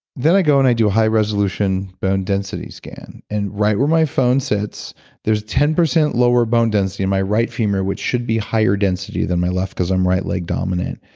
then i go and i do a high resolution bone density scan. and right where my phone sits there's ten percent lower bone density in my right femur, which should be higher density than my left, because i'm right-leg dominant.